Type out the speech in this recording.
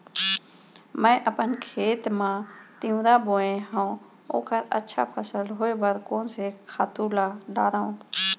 मैं अपन खेत मा तिंवरा बोये हव ओखर अच्छा फसल होये बर कोन से खातू ला डारव?